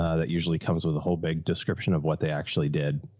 that usually comes with a whole big description of what they actually did.